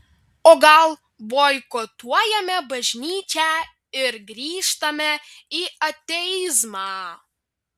o gal boikotuojame bažnyčią ir grįžtame į ateizmą